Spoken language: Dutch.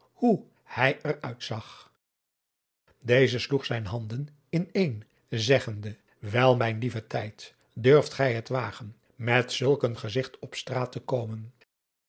hoe hij er uitzag deze sloeg zijn handen in een zeggende wel mijn lieve tijd durft gij het wagen met zulk een gezigt op straat te komen